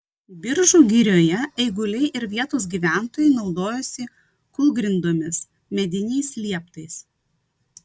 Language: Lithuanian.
biržų girioje eiguliai ir vietos gyventojai naudojosi kūlgrindomis mediniais lieptais